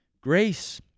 Grace